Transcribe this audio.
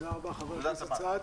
תודה רבה, חבר הכנסת סעדי.